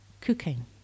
Cooking